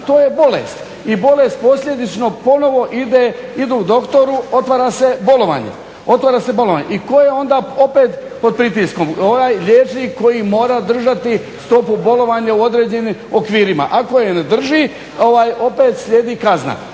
to je bolest i bolest posljedično ponovno idu doktoru i otvara se bolovanje. I tko je onda pod pritiskom? Onaj liječnik koji mora držati stopu bolovanja u određenim okvirima, ako je ne drži opet slijedi kazna.